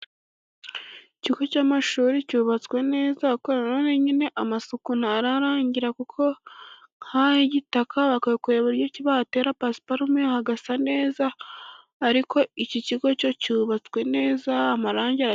Ikigo cy'amashuri cyubatswe neza, ariko iki cyo nyine amasuku ntararangira kuko nk'aha h'igitaka bakwiye kureba uburyo kibatera pasiparume hagasa neza, ariko iki kigo cyo cyubatswe neza amarangi a....